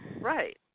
Right